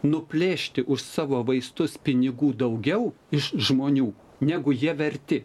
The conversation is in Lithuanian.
nuplėšti už savo vaistus pinigų daugiau iš žmonių negu jie verti